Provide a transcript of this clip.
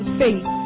faith